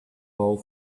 all